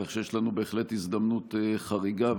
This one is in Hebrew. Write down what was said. כך שיש לנו בהחלט הזדמנות חריגה,